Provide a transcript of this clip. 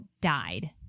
died